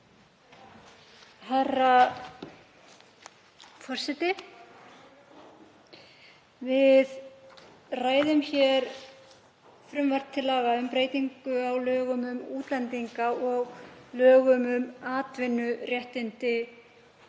Herra forseti. Við ræðum hér frumvarp til laga um breytingu á lögum um útlendinga og lögum um atvinnuréttindi útlendinga.